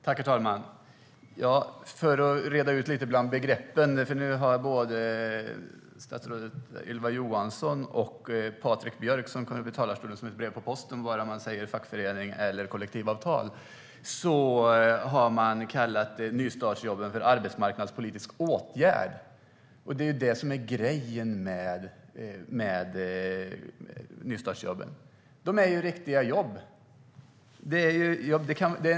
Herr talman! Jag ska reda ut begreppen lite grann. Nu har både Ylva Johansson och Patrik Björck, som kommer upp i talarstolen som ett brev på posten bara man säger fackförening eller kollektivavtal, kallat nystartsjobben för arbetsmarknadspolitisk åtgärd. Det är detta som är grejen med nystartsjobben: Det är riktiga jobb.